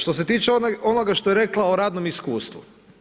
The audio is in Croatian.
Što se tiče onoga što je rekla o radnome iskustvu.